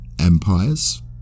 empires